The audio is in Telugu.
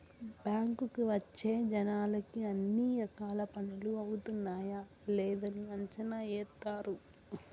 బ్యాంకుకి వచ్చే జనాలకి అన్ని రకాల పనులు అవుతున్నాయా లేదని అంచనా ఏత్తారు